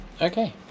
Okay